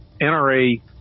nra